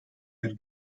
bir